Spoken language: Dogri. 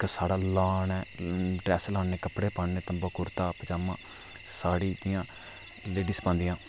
जेह्का साढ़ा लान ऐ ड्रेस लाने कपड़े पाने तम्बी कुर्ता पजामा साढ़ी जि'यां लेडीज़ पांदियां